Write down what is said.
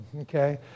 okay